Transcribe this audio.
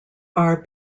are